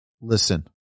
listen